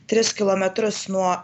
tris kilometrus nuo